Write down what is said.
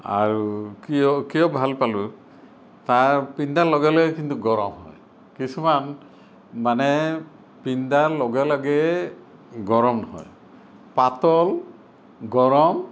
আৰু কিয় কিয় ভাল পালো তাৰ পিন্ধাৰ লগে লগে কিন্তু গৰম হয় কিছুমান মানে পিন্ধাৰ লগে লগেই গৰম হয় পাতল গৰম